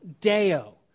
Deo